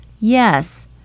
Yes